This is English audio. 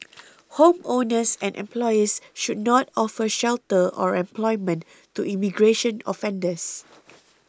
homeowners and employers should not offer shelter or employment to immigration offenders